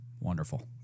Wonderful